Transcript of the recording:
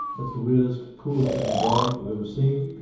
that's the weirdest coolest looking dog i've ever seen